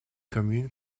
commune